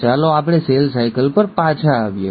ચાલો આપણે cell cycle પર પાછા આવીએ